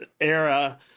era